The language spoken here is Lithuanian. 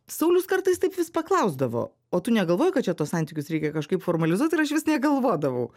saulius kartais taip vis paklausdavo o tu negalvoji kad čia tuos santykius reikia kažkaip formalizuot ir aš vis negalvodavau